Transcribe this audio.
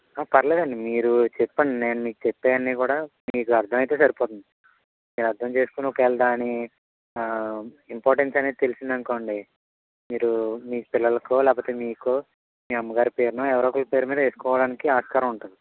పర్లేదు అండి మీరు చెప్పండి నేను మీకు చెప్పేవి అన్నీ కూడా మీకు అర్థమైతే సరిపోతుంది మీరు అర్థం చేసుకుని ఒకవేళ దాని ఇంపార్టెన్స్ అనేది తెలిసింది అనుకోండి మీరు మీ పిల్లలకు లేకపోతే మీకో మీ అమ్మగారి పేరునో ఎవరో ఒకరి పేరునో వేసుకోవడానికి ఆస్కారం ఉంటుంది